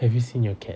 have your seen your cat